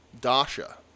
Dasha